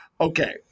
Okay